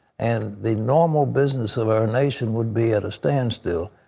and the normal business of our nation would be at a standstill.